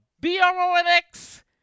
B-R-O-N-X